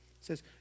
says